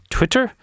Twitter